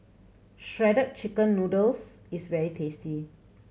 Shredded Chicken Noodles is very tasty